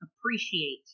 appreciate